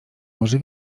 może